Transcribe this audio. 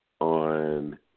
on